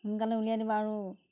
সোনকালে উলিয়াই দিবা আৰু